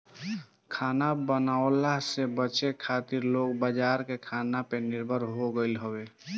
खाना बनवला से बचे खातिर लोग बाजार के खाना पे निर्भर हो गईल हवे